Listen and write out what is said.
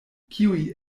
kiuj